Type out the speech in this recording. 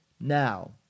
Now